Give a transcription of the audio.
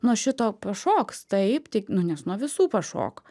nuo šito pašoks taip tik nu nes nuo visų pašoka